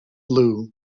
blue